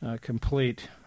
complete